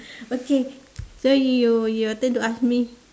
okay so you your turn to ask me